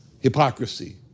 hypocrisy